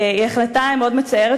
היא החלטה מאוד מצערת,